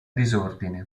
disordine